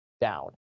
down